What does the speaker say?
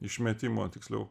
išmetimo tiksliau